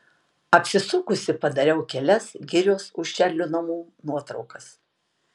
apsisukusi padariau kelias girios už čarlio namų nuotraukas